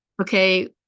okay